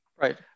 Right